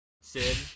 Sid